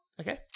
Okay